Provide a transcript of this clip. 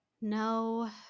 No